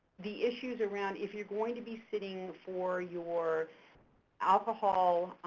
the issues around if you're going to be sitting for your alcohol,